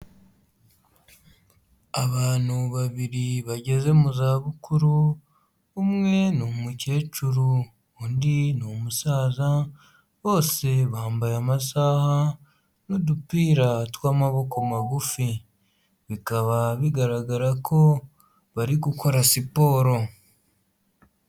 Abantu babiri bageze mu zabukuru, umwe ni umukecuru, undi ni umusaza, bose bambaye amasaha n'udupira tw'amaboko magufi, bikaba bigaragara ko bari gukora siporo.